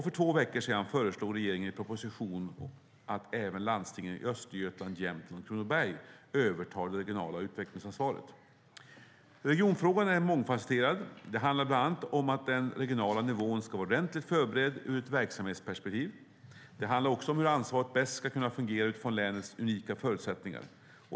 För två veckor sedan föreslog regeringen i proposition att även landstingen i Östergötland, Jämtland och Kronoberg ska överta det regionala utvecklingsansvaret. Regionfrågan är mångfasetterad. Det handlar bland annat om att den regionala nivån ska vara ordentligt förberedd ur ett verksamhetsperspektiv. Det handlar också om hur ansvaret bäst ska kunna fungera utifrån länets unika förutsättningar.